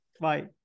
Bye